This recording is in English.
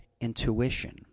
intuition